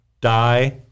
die